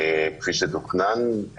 כפי שתוכנן,